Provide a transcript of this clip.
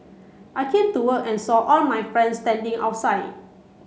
I came to work and saw all my friends standing outside